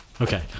Okay